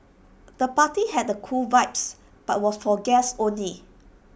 the party had A cool vibes but was for guests only